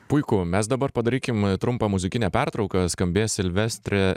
puiku mes dabar padarykim trumpą muzikinę pertrauką skambės silvestre